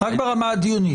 ברמה הדיונית.